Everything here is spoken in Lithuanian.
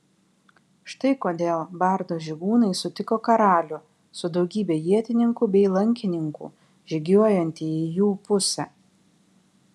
štai kodėl bardo žygūnai sutiko karalių su daugybe ietininkų bei lankininkų žygiuojantį į jų pusę